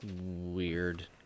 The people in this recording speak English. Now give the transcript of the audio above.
Weird